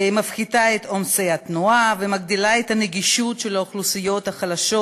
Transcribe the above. מפחיתה את עומס התנועה ומגדילה את הגישה של האוכלוסיות החלשות,